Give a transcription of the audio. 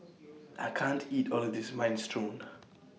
I can't eat All of This Minestrone